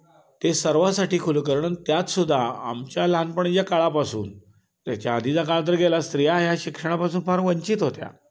ते सर्वासाठी खुलं करणं अन त्यातसुद्धा आमच्या लहानपणी ज्या काळापासून त्याच्या आधीचा काळ तर गेला स्त्रिया ह्या शिक्षणापासून फार वंचित होत्या